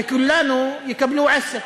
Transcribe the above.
וכולנו יקבלו עשרה,